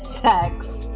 sex